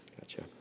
Gotcha